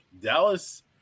Dallas